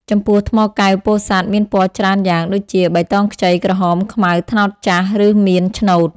ចំពោះថ្មកែវពោធិសាត់ មានពណ៌ច្រើនយ៉ាងដូចជា បៃតងខ្ចី ក្រហម ខ្មៅ ត្នោតចាស់ ឬមាន ឆ្នូត។